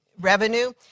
revenue